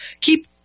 keep